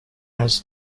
has